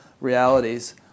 realities